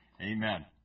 Amen